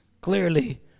Clearly